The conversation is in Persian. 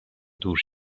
دور